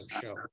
show